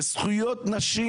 זכויות נשים,